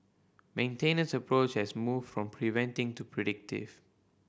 maintenance approach has moved from preventing to predictive